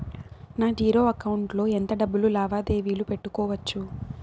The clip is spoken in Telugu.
నా జీరో అకౌంట్ లో ఎంత డబ్బులు లావాదేవీలు పెట్టుకోవచ్చు?